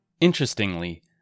Interestingly